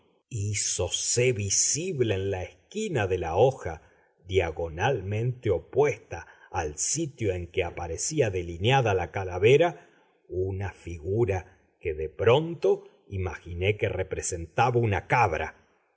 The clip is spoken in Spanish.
experimento hízose visible en la esquina de la hoja diagonalmente opuesta al sitio en que aparecía delineada la calavera una figura que de pronto imaginé que representaba una cabra